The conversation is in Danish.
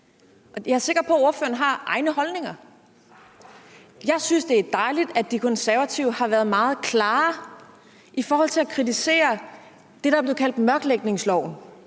Jeg er sikker på, ordføreren har egne holdninger. Jeg synes, det er dejligt, at De Konservative har været meget klare i forhold til at kritisere det, der er blevet kaldt mørklægningsloven.